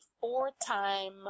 four-time